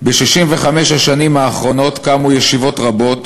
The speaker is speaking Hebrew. ב-65 השנים האחרונות קמו ישיבות רבות,